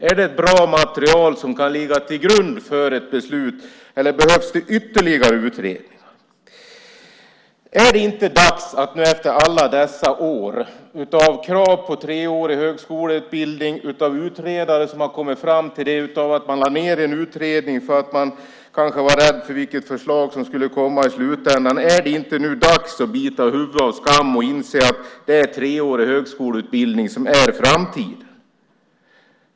Är det ett bra material som kan ligga till grund för ett beslut eller behövs ytterligare utredningar? Är det inte dags efter alla dessa år av krav på treårig högskoleutbildning, av utredare som har kommit fram till det, av att man lade ned en utredning för att man kanske var rädd för vilket förslag som skulle komma i slutändan, att bita huvudet av skammen och inse att det är treårig högskoleutbildning som är framtiden?